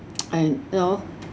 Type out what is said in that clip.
and you know